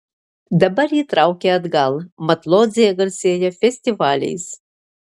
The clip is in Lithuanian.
dabar jį traukia atgal mat lodzė garsėja festivaliais